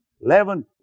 eleven